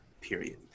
period